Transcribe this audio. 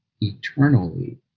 eternally